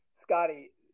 Scotty